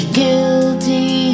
guilty